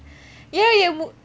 ya ya